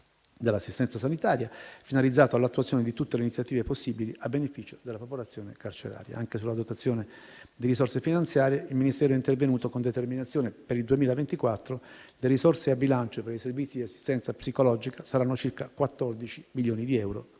dell'assistenza sanitaria, finalizzato all'attuazione di tutte le iniziative possibili a beneficio della popolazione carceraria. Anche sulla dotazione di risorse finanziarie il Ministero è intervenuto con determinazione. Per il 2024 le risorse a bilancio per i servizi di assistenza psicologica saranno circa 14 milioni di euro,